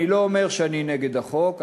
אני לא אומר שאני נגד החוק,